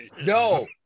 no